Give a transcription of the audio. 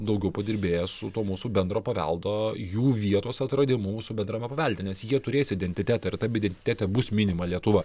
daugiau padirbėjęs su tuo mūsų bendro paveldo jų vietos atradimu mūsų bendrame pavelde nes jie turės identitetą ir tam identitete bus minima lietuva